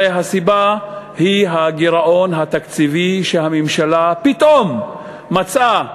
הרי הסיבה היא הגירעון התקציבי שהממשלה פתאום מצאה,